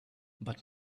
but